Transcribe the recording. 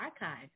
archive